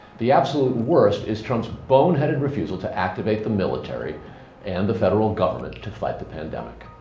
the absolute worst is trump's boneheaded refusal to activate the military and the federal government to fight the pandemic.